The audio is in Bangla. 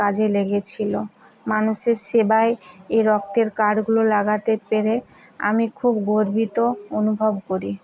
কাজে লেগেছিলো মানুষের সেবায় এই রক্তের কার্ডগুলো লাগাতে পেরে আমি খুব গর্বিত অনুভব করি